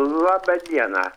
labą dieną